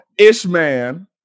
Ishman